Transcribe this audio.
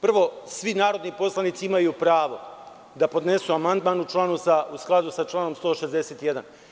Prvo, svi narodni poslanici imaju pravo da podnesu amandman u skladu sa članom 161.